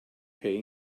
pay